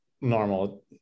normal